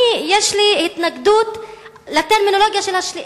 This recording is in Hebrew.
לי יש התנגדות לטרמינולוגיה של השאלה,